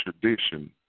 tradition